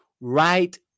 right